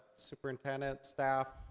superintendent, staff.